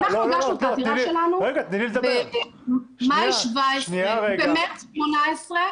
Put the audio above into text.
אנחנו הגשנו את העתירה שלנו במאי 17' ובמרץ 18'